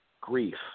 grief